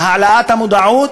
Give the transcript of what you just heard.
בהעלאת המודעות